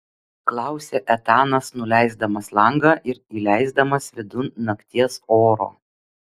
klausia etanas nuleisdamas langą ir įleisdamas vidun nakties oro